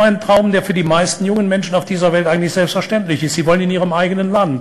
לפני יומיים דיברתי עם צעירים